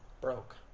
broke